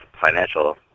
financial